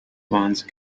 once